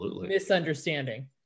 misunderstanding